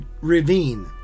Ravine